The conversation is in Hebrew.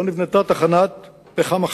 לא נבנתה תחנת פחם אחת,